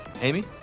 Amy